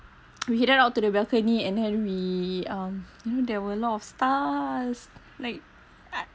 we headed out to the balcony and then we um you know there were a lot of stars like